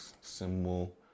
symbol